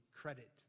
credit